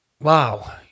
Wow